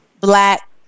black